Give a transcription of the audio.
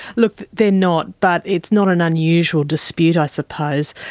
look, they're not, but it's not an unusual dispute, i suppose.